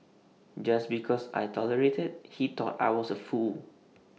just because I tolerated he thought I was A fool